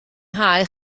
nghae